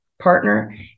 partner